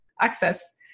access